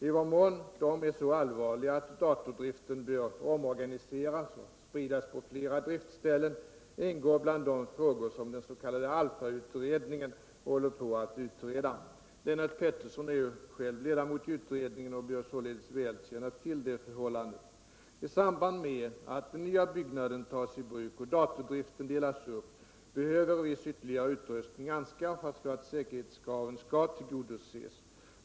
I vad mån dessa är så allvarliga att datordriften bör omorganiseras och spridas på flera driftställen ingår bland de frågor som den s.k. ALLFA-utredningen håller på att utreda. Lennart Pettersson är ju själv 3 ledamot i utredningen och bör således väl känna till detta förhållande. I samband med att den nya byggnaden tas i bruk och datordriften delas upp behöver viss ytterligare utrustning anskaffas för att säkerhetskraven skall tillgodoses.